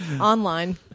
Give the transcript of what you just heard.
online